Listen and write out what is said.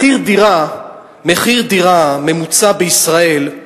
מחיר דירה ממוצע בישראל,